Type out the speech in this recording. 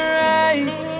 right